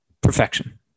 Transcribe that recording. perfection